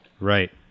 Right